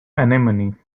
anemone